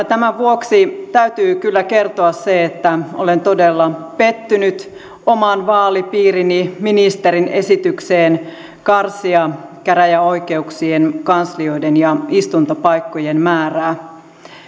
tämän vuoksi täytyy kyllä kertoa se että olen todella pettynyt oman vaalipiirini ministerin esitykseen karsia käräjäoikeuksien kanslioiden ja istuntopaikkojen määrää